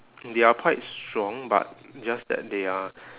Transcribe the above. they are quite strong but just that they are